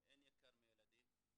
אין יקר מילדים,